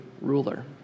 ruler